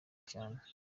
cyane